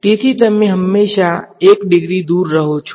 તેથી તમે હંમેશા 1 ડિગ્રી દૂર રહો છો